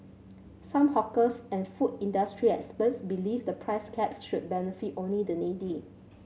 some hawkers and food industry experts believe the price caps should benefit only the needy